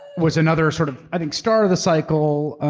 was another sort of i think star of the cycle.